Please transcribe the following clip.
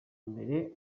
mbere